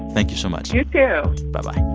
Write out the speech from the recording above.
thank you so much you yeah bye-bye